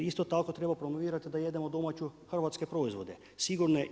Isto tako, treba promovirati da jedemo domaće hrvatske proizvode, sigurne.